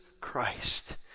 Christ